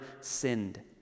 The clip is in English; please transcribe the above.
sinned